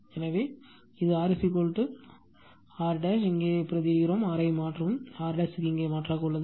எனவே இது R இது R என்பது R இங்கே பிரதியிடு R ஐ மாற்றவும் இந்த R இங்கே மாற்றாகவும் உள்ளது